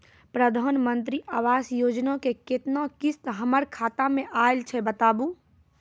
प्रधानमंत्री मंत्री आवास योजना के केतना किस्त हमर खाता मे आयल छै बताबू?